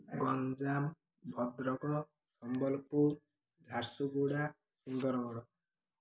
Ganjam Bhadrak Sambalpur Jharsuguda Sundargarh